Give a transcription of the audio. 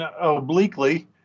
obliquely